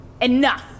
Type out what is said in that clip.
Enough